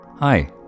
Hi